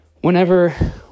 whenever